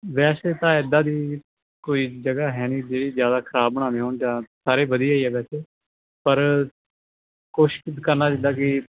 ਵੈਸੇ ਤਾਂ ਇੱਦਾਂ ਦੀ ਕੋਈ ਜਗ੍ਹਾ ਹੈ ਨਹੀਂ ਜੀ ਜ਼ਿਆਦਾ ਖ਼ਰਾਬ ਬਣਾਉਂਦੇ ਹੋਣ ਜਾਂ ਸਾਰੇ ਵਧੀਆ ਹੀ ਆ ਵੈਸੇ ਪਰ ਕੋਸ਼ਿਸ਼ ਕਰਨਾ ਜਿੱਦਾਂ ਕਿ